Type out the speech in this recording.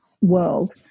world